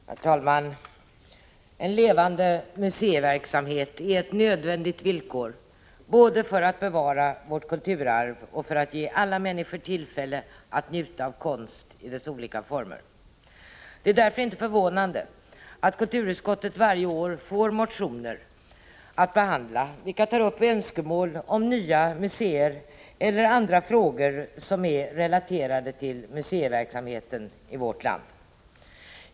Herr talman! En levande museiverksamhet är ett nödvändigt villkor både 20 november 1985 för att bevara vårt kulturarv och för att ge alla människor tillfälle att njutaav. Z— —ÄA-: konst i dess olika former. Det är därför inte förvånande att kulturutskottet varje år får motioner att behandla vilka tar upp önskemål om nya museer eller andra frågor som är relaterade till museiverksamheten i vårt land.